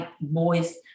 boys